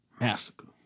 massacre